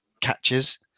catches